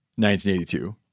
1982—